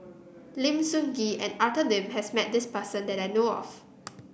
Lim Sun Gee and Arthur Lim has met this person that I know of